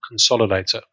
consolidator